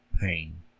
pain